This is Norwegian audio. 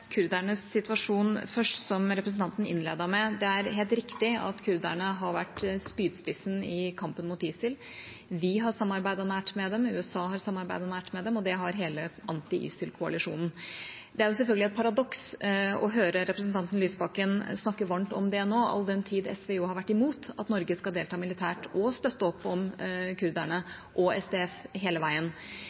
kurdernes situasjon først, som representanten innledet med: Det er helt riktig at kurderne har vært spydspissen i kampen mot ISIL. Vi har samarbeidet nært med dem, USA har samarbeidet nært med dem, og det har hele anti-ISIL-koalisjonen. Det er selvfølgelig et paradoks å høre representanten Lysbakken snakke varmt om det nå, all den tid SV jo har vært imot at Norge skal delta militært og støtte opp om kurderne og SDS, hele veien.